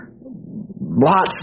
lots